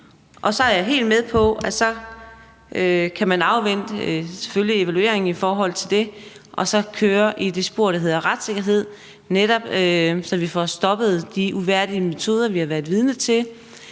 Og så er jeg helt med på, at man så selvfølgelig må afvente evalueringen af det, og så kan man køre i det spor, der hedder retssikkerhed, så vi netop får stoppet de uværdige metoder, vi har været vidne til.